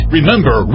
Remember